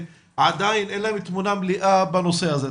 אין להם תמונה מלאה בנושא הזה.